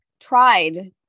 tried